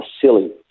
silly